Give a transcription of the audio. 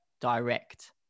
direct